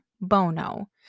Bono